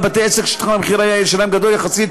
בתי-עסק ששטח המכירה שלהם גדול יחסית,